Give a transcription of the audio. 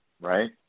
right